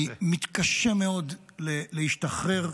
אני מתקשה מאוד להשתחרר,